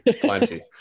Plenty